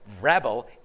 rebel